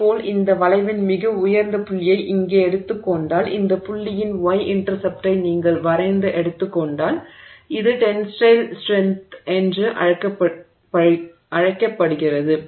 இதேபோல் இந்த வளைவின் மிக உயர்ந்த புள்ளியை இங்கே எடுத்துக் கொண்டால் இந்த புள்ளியின் y இன்டெர்செப்ட்டை நீங்கள் வரைந்து எடுத்துக்கொண்டால் இது டென்ஸைல் ஸ்ட்ரென்த் என்று அழைக்கப்படுகிறது